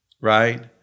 right